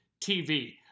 TV